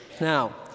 Now